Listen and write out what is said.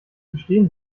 bestehen